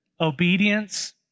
Obedience